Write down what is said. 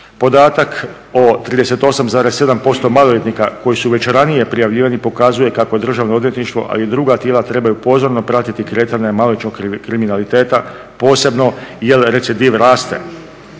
podatak o 38,7% maloljetnika koji su već ranije prijavljivani pokazuje kako je državno odvjetništvo a i druga tijela trebaju pozorno pratiti kretanje maloljetničkog kriminaliteta posebno jel recidiv raste.